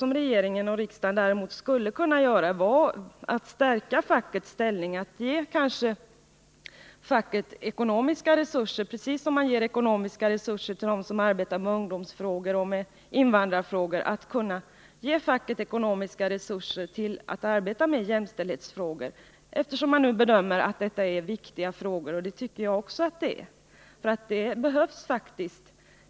Vad regering och riksdag däremot borde göra är att stärka fackets ställning, att kanske ge facket ekonomiska resurser — precis som det ges ekonomiska resurser till dem som arbetar med ungdomsfrågor och invandrarfrågor — så att man kan arbeta med jämställdhetsfrågorna. Dessa frågor bedöms ju som viktiga, och det tycker jag också att de är. De behövs faktiskt.